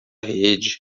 rede